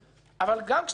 אבל גם כשאתה עושה סדר,